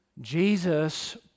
Jesus